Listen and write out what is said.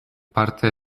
parte